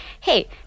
Hey